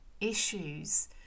issues